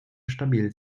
stabil